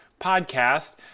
podcast